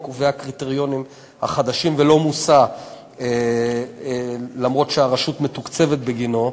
והקריטריונים החדשים ולא מוסע למרות שהרשות מתוקצבת בגינו.